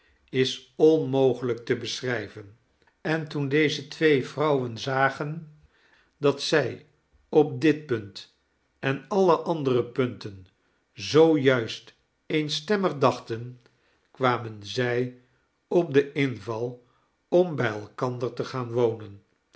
is onmogelijk te beschrijven en toen deze twee vrouwen zagen dat zij op dit punt en alle andere punten zoo juist eenstemmig dachten kwamen zij op den inval om bij elkander te gaan wonen